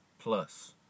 plus